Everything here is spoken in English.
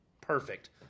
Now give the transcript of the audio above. Perfect